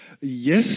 Yes